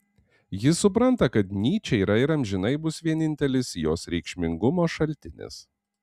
ji supranta kad nyčė yra ir amžinai bus vienintelis jos reikšmingumo šaltinis